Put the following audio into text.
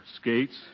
Skates